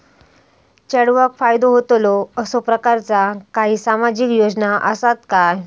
चेडवाक फायदो होतलो असो प्रकारचा काही सामाजिक योजना असात काय?